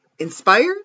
Inspired